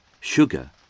sugar